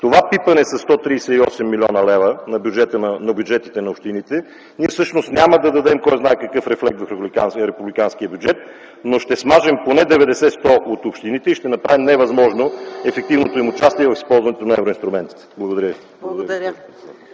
Това пипане със 138 млн. лв. на бюджетите на общините всъщност няма кой знае как да рефлектира в републиканския бюджет, но ще смажем поне 90-100 от общините и ще направим невъзможно ефективното им участие в използването на евроинструментите. Благодаря